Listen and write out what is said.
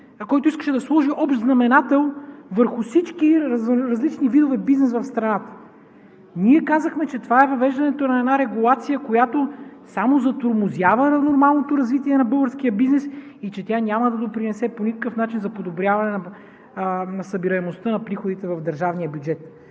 който искаше да сложи общ знаменател върху всички различни видове бизнес в страната. Ние казахме, че това е въвеждането на една регулация, която само затормозява нормалното развитие на българския бизнес и че тя няма да допринесе по никакъв начин за подобряване на събираемостта на приходите в държавния бюджет.